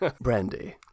Brandy